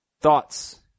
Thoughts